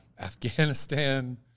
Afghanistan